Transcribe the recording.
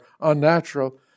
unnatural